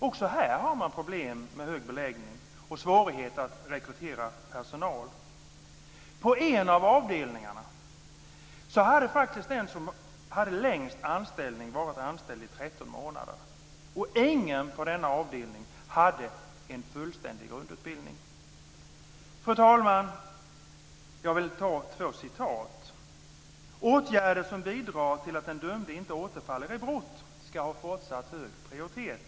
Också här har man problem med hög beläggning och svårigheter att rekrytera personal. På en av avdelningarna hade faktiskt den som hade längst anställning varit anställd i 13 månader. Ingen på denna avdelning hade en fullständig grundutbildning. Fru talman! Jag vill ta två citat: "Åtgärder som bidrar till att den dömde inte återfaller i brott skall ha fortsatt hög prioritet."